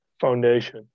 foundation